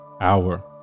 hour